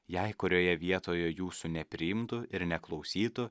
jei kurioje vietoje jūsų nepriimtų ir neklausytų